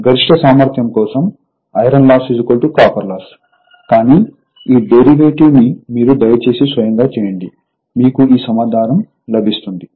గరిష్ట సామర్థ్యం కోసం ఐరన్ లాస్ కాపర్ లాస్ కానీ ఈ డెరివేటివ్ ని మీరు దయచేసి స్వయంగా చేయండి మీకు ఈ సమాధానం లభిస్తుంది